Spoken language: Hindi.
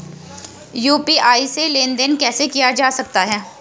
यु.पी.आई से लेनदेन कैसे किया जा सकता है?